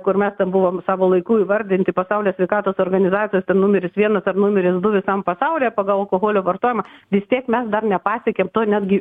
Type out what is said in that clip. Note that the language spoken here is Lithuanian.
kur mes ten buvom savo laiku įvardinti pasaulio sveikatos organizacijos ten numeris vienas ar numeris du visam pasaulyje pagal alkoholio vartojimą vis tiek mes dar nepasiekėm to netgi